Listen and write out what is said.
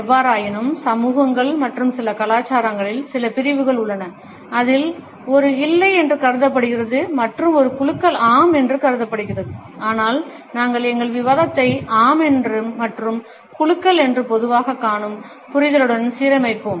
எவ்வாறாயினும் சமூகங்கள் மற்றும் சில கலாச்சாரங்களின் சில பிரிவுகள் உள்ளன அதில் ஒரு இல்லை என்று கருதப்படுகிறது மற்றும் ஒரு குலுக்கல் ஆம் என்று கருதப்படுகிறது ஆனால் நாங்கள் எங்கள் விவாதத்தை ஆம் மற்றும் குலுக்கல் என்று பொதுவாகக் காணும் புரிதலுடன் சீரமைப்போம்